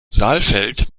saalfeld